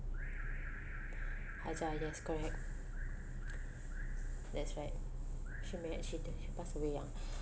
hajjah yes correct that's right she ma~ she di~ passed away young